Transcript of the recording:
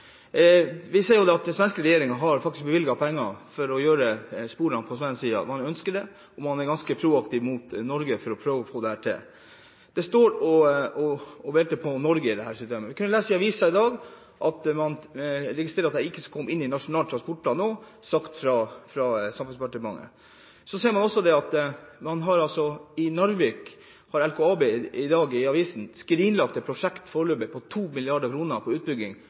Vi ser at den svenske regjeringen faktisk har bevilget penger til å legge sporene på svensk side. Man ønsker det, og man er ganske proaktiv overfor Norge for å prøve å få dette til. Det står og faller med Norge i dette systemet. I avisen i dag kunne man lese at Samferdselsdepartementet har sagt at det ikke skal komme inn i Nasjonal transportplan nå. Så ser man også i avisen i dag at i Narvik har LKAB skrinlagt et prosjekt på foreløpig 2 mrd. kr til utbygging på